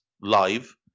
live